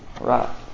Right